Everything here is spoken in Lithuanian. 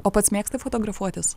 o pats mėgsti fotografuotis